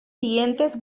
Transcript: siguientes